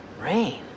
Rain